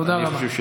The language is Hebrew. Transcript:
תודה רבה.